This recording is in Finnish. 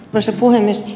arvoisa puhemies